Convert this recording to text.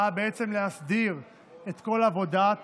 באה בעצם להסדיר את כל עבודת